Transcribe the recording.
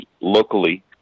locally